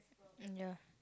mm ya